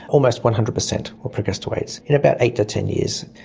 almost one hundred percent will progress to aids in about eight to ten years.